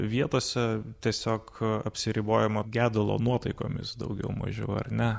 vietose tiesiog apsiribojama gedulo nuotaikomis daugiau mažiau ar ne